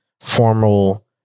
formal